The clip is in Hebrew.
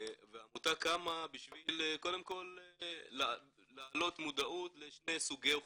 והעמותה קמה בשביל קודם כל להעלות מודעות לשני סוגי אוכלוסיות.